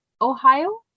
Ohio